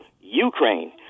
Ukraine